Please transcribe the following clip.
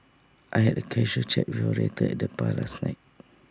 I had A casual chat with later at the bar last night